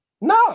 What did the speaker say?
no